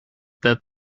that